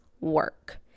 work